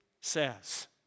says